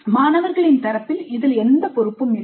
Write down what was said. மாணவர்களின் தரப்பில் எந்தப் பொறுப்பும் இல்லை